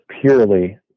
purely